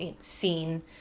seen